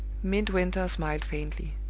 midwinter smiled faintly.